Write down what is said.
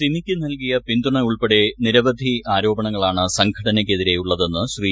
സിമിക്ക് നൽകിയ പിന്തുണ ഉൾപ്പെടെ നിരവധി ആരോപണങ്ങളാണ് സംഘടനയ്ക്ക് എതിരെ ഉള്ളതെന്ന് ശ്രീ